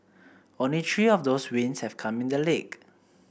only three of those wins have come in the league